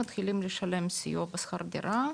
מתחילים לשלם סיוע בשכר דירה,